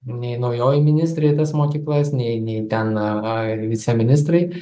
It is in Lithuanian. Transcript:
nei naujoji ministrė į tas mokyklas nei nei ten na viceministrai